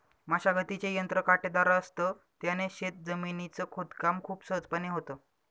मशागतीचे यंत्र काटेदार असत, त्याने शेत जमिनीच खोदकाम खूप सहजपणे होतं